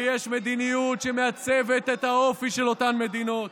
ויש מדיניות שמעצבת את האופי של אותן מדינות.